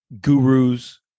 gurus